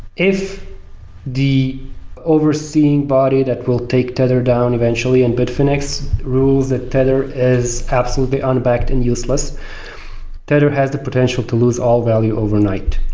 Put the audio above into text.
if the overseeing body that will take tether down eventually and bitfenix rules the tether is absolutely unbacked and useless tether has the potential to lose all value overnight.